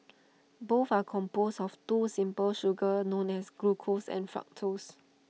both are composed of two simple sugars known as glucose and fructose